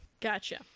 Gotcha